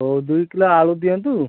ହଉ ଦୁଇ କିଲୋ ଆଳୁ ଦିଅନ୍ତୁ